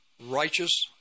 righteous